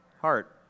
heart